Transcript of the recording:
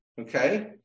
Okay